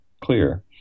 clear